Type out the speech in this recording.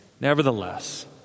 nevertheless